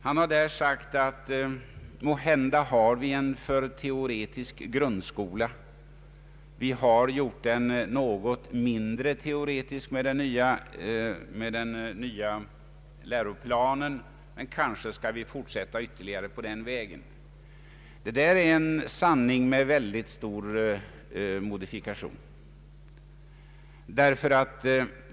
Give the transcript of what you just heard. Han har där sagt att vi måhända har en alltför teoretisk grundskola, den har gjorts något mindre teoretisk med den nya läroplanen, men kanske skall man fortsätta ytterligare på den vägen. Detta är en sanning med mycket stor modifikation.